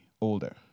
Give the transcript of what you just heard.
older